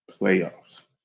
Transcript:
playoffs